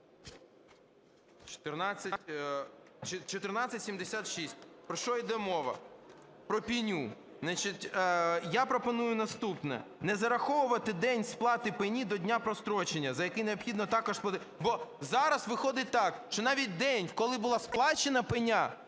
1476, про що йде мова – про пеню. Значить, я пропоную наступне. Не зараховувати день сплати пені до дня прострочення, за який необхідно також платити. Бо зараз виходить так, що навіть день, коли була сплачена пеня,